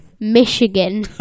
Michigan